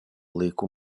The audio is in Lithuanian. laiku